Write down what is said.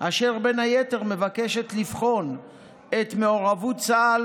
אשר בין היתר מבקשת לבחון את מעורבות צה"ל